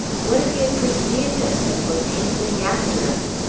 what if he had perceived us, and was hastening after us,